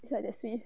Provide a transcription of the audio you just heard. it's like that sweet